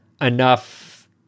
enough